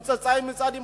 הם צאצאים מצד אימותיהם,